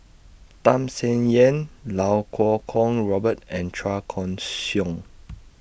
Tham Sien Yen loud Kuo Kwong Robert and Chua Koon Siong